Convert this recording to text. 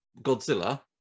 Godzilla